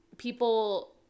People